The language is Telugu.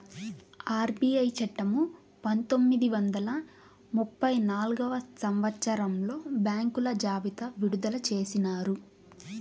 ఆర్బీఐ చట్టము పంతొమ్మిది వందల ముప్పై నాల్గవ సంవచ్చరంలో బ్యాంకుల జాబితా విడుదల చేసినారు